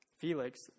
Felix